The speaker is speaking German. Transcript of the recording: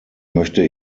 möchte